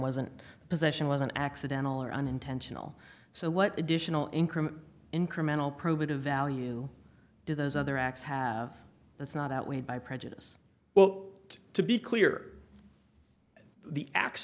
wasn't the possession wasn't accidental or unintentional so what additional increment incremental probative value do those other acts have that's not outweighed by prejudice well to be clear the ax